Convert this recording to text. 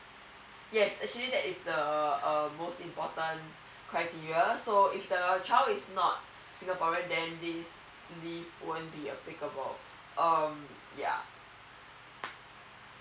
yes actually that is the uh most important criteria so if the child is not singaporean then these leave won't be applicable um yeah